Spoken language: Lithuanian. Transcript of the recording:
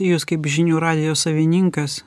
jūs kaip žinių radijo savininkas